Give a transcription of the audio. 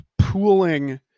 pooling